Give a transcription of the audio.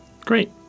Great